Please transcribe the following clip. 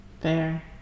Fair